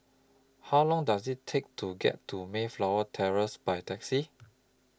How Long Does IT Take to get to Mayflower Terrace By Taxi